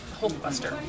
Hulkbuster